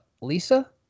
Lisa